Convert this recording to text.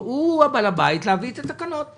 הוא בעל הבית להביא את התקנות.